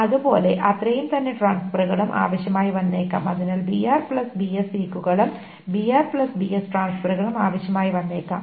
അതുപോലെ അത്രയുംതന്നെ ട്രാൻസ്ഫെറുകളും ആവശ്യമായി വന്നേക്കാം അതിനാൽ സീക്കുകളും ട്രാൻസ്ഫെറുകളും ആവശ്യമായി വന്നേക്കാം